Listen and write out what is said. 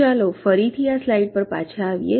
તો ચાલો ફરીથી આ સ્લાઈડ પર પાછા આવીએ